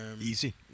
Easy